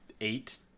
eight